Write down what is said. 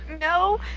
No